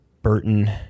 Burton